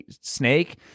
snake